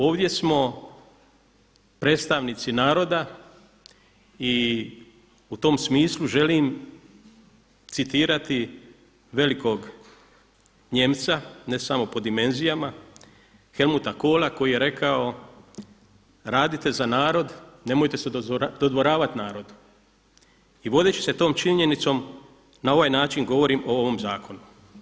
Ovdje smo predstavnici naroda i u tom smislu želim citirati velikog Nijemca ne samo po dimenzijama Helmuta Kohla koji je rekao „Radite za narod, nemojte se dodvoravati narodu“ i vodit ću se tom činjenicom, na ovaj način govorim o ovom zakonu.